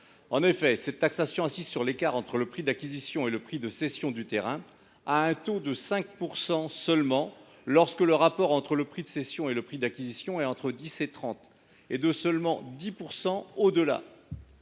taux de cette taxe, qui est assise sur l’écart entre le prix d’acquisition et le prix de cession du terrain, est de 5 % seulement lorsque le rapport entre le prix de cession et le prix d’acquisition est compris entre 10 et 30, et de 10 % au delà.